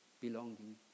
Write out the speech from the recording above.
belonging